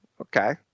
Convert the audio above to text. Okay